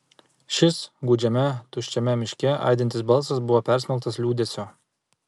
šis gūdžiame tuščiame miške aidintis balsas buvo persmelktas liūdesio